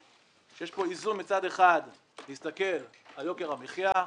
שיש פה איזון מצד אחד להסתכל על יוקר המחיה,